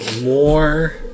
More